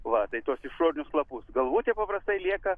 va tai tuos išorinius lapus galvutė paprastai lieka